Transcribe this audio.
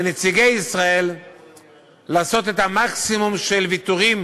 לנציגי ישראל לעשות את מקסימום הוויתורים